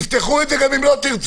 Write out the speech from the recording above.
יפתחו את זה גם אם לא תרצו.